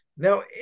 Now